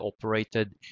operated